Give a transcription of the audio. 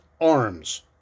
arms